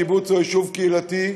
בקיבוץ או ביישוב קהילתי,